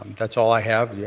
that's all i have. yeah